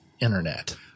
internet